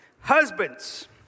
Husbands